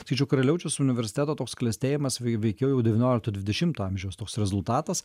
sakyčiau karaliaučiaus universiteto toks klestėjimas vei veikiau jau devyniolikto dvidešimto amžiaus toks rezultatas